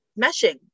meshing